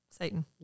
Satan